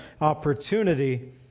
opportunity